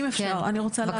אם אפשר, אני רוצה לענות.